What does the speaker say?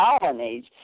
colonies